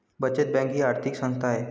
बचत बँक ही आर्थिक संस्था आहे